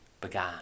began